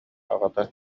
аҕата